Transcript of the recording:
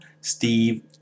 Steve